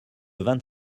vingt